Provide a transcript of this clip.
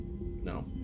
No